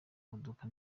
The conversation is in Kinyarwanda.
imodoka